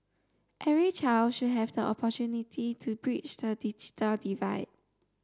every child should have the opportunity to bridge the digital divide